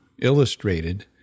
illustrated